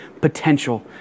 potential